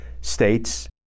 states